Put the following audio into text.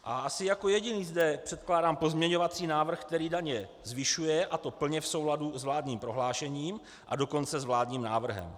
A asi jako jediný zde předkládám pozměňovací návrh, který daně zvyšuje, a to plně v souladu s vládním prohlášením, a dokonce s vládním návrhem.